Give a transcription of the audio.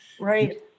Right